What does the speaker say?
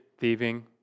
thieving